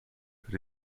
that